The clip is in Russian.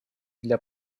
для